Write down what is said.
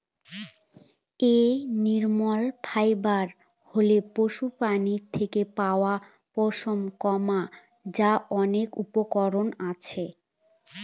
animal fibre হল পশুপ্রাণীর থেকে পাওয়া পশম, যার অনেক উপকরণ আছে